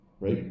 right